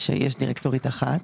שיש דירקטורית אחת.